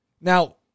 Now